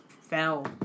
fell